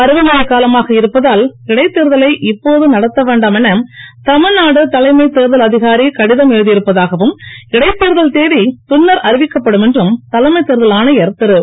பருவமழைக் காலமாக இருப்பதால் இடைத்தேர்தலை இப்போது நடத்த வேண்டாம் என தமிழநாடு தலைமை தேர்தல் அதிகாரி கடிதம் எழுதியிருப்பதாகவும் இடைத்தேர்தல் தேதி பின்னர் அறிவிக்கப்படும் என்றும் தலைமை தேர்தல் ஆணையர் திர்